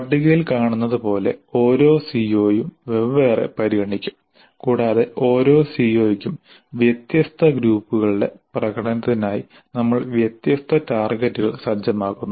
പട്ടികയിൽ കാണുന്നത് പോലെ ഓരോ സിഒയും വെവ്വേറെ പരിഗണിക്കും കൂടാതെ ഓരോ സിഒയ്ക്കും വ്യത്യസ്ത ഗ്രൂപ്പുകളുടെ പ്രകടനത്തിനായി നമ്മൾ വ്യത്യസ്ത ടാർഗെറ്റുകൾ സജ്ജമാക്കുന്നു